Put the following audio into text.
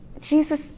Jesus